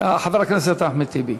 חבר הכנסת אחמד טיבי,